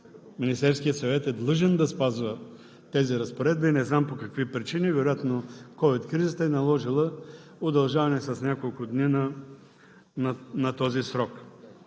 Министерският съвет е длъжен да спазва тези разпоредби. Не знам по какви причини – вероятно ковид кризата е наложила удължаване с няколко дни на този срок.